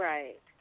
Right